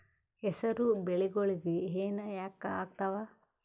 ಹೆಸರು ಬೆಳಿಗೋಳಿಗಿ ಹೆನ ಯಾಕ ಆಗ್ತಾವ?